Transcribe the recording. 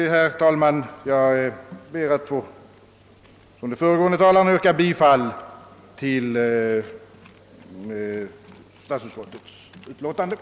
Herr talman! Jag ber som de föregå ende talarna att få yrka bifall till statsutskottets hemställan.